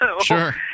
Sure